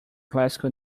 classical